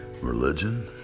religion